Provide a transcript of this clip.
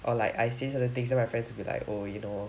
or like I say certain things then my friends will be like oh you know